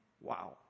Wow